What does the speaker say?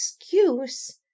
excuse